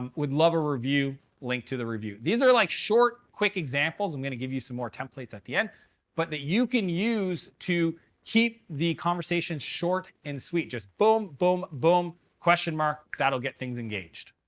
um we'd love a review, link to the review. these are, like, short quick examples i'm going to give you some more templates at the end but that you can use to keep the conversation short and sweet. just boom, boom, boom, question mark. that'll get things engaged.